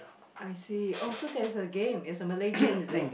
I see oh so that's a game is a Malay game is it